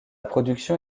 production